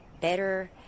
better